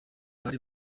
bari